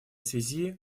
связи